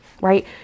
right